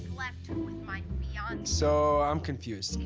slept and with my fiance! so i'm confused.